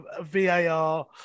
VAR